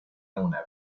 una